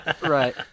Right